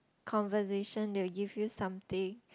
conversation they will give you something